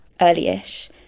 early-ish